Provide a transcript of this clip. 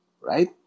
right